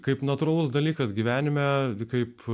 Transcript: kaip natūralus dalykas gyvenime kaip